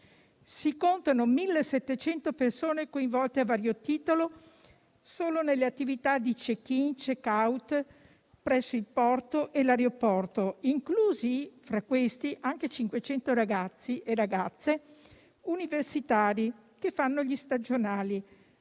Si contano 1.700 persone coinvolte a vario titolo solo nelle attività di *check-in* e *check-out* presso il porto e l'aeroporto, tra cui anche 500 ragazzi e ragazze universitari che fanno gli stagionali